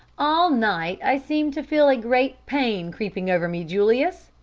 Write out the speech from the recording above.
all night i seemed to feel a great pain creeping over me, julius,